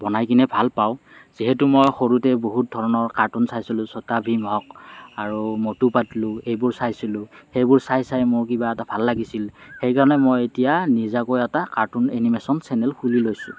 বনাইকেনে ভাল পাওঁ যিহেতু মই সৰুতে বহুত ধৰণৰ কাৰ্টুন চাইছিলোঁ ছৌটা ভিম হওঁক আৰু মতো পাতলো এইবোৰ চাইছিলোঁ সেইবোৰ চাই চাই মোৰ কিবা এটা ভাল লাগিছিল সেইকাৰণে মই এতিয়া নিজাকৈ এতিয়া কাৰ্টুন এনিমেচন চেনেল খুলি লৈছোঁ